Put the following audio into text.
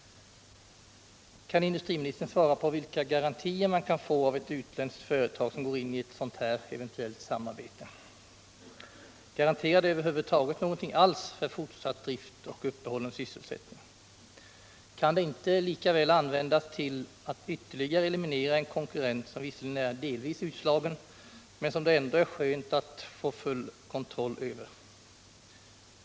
Kan industriministern tala om vilka garantier man kan få av ett utländskt företag som går in i ett sådant här cventuellt samarbete? Garanterar det över huvud taget någonting alls för fortsatt drift och uppehållen sysselsättning” Kan det inte lika väl användas till att ytterligare eliminera en konkurrent, sor visserligen är delvis utslagen men som det ändå är skönt att få full kontroll över?